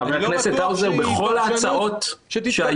אבל אני לא בטוח שהיא פרשנות --- אבל חבר הכנסת האוזר,